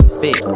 fit